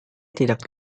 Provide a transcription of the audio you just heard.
tidak